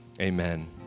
Amen